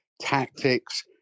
tactics